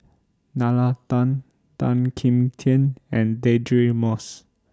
Nalla Tan Tan Kim Tian and Deirdre Moss